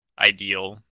ideal